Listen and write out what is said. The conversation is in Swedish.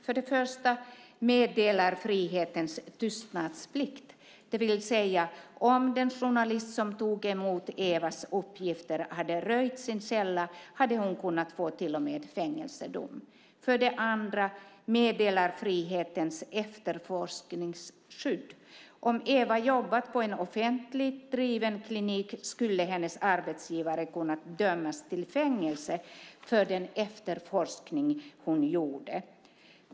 För det första är det meddelarfrihetens tystnadsplikt, det vill säga om den journalist som tog emot Evas uppgifter hade röjt sin källa hade hon till och med kunnat få fängelsedom. För det andra är det meddelarfrihetens efterforskningsskydd. Om Eva hade jobbat på en offentligt driven klinik skulle hennes arbetsgivare ha kunnat dömas till fängelse för den efterforskning hon gjorde.